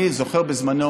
אני זוכר שבזמנו